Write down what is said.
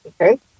Okay